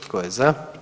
Tko je za?